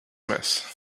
mess